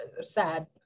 sad